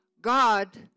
God